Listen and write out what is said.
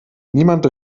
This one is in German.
niemand